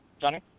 Johnny